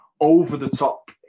over-the-top